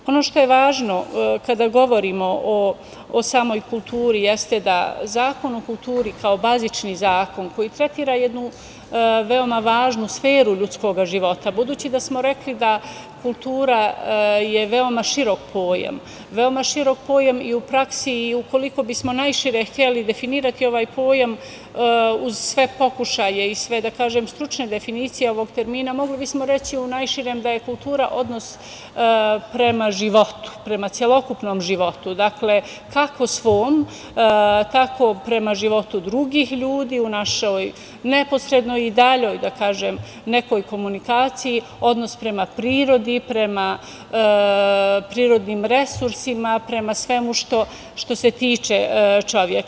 Ono što je važno kada govorimo o samoj kulturi, jeste da je Zakon o kulturi kao bazični zakon koji tretira jednu veoma važnu sferu ljudskog života, budući da smo rekli da je kultura veoma širok pojam i u praksi i ukoliko bismo najšire hteli definirati ovaj pojam, uz sve pokušaje i stručne definicije ovog termina, mogli bismo reći u najširem da je kultura odnosa prema životu, prema celokupnom životu, kako svom, tako i prema životu drugih ljudi u našoj neposrednoj i daljoj komunikaciji, odnos prema prirodi, prema prirodnim resursima, prema svemu što se tiče čoveka.